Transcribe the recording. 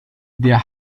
der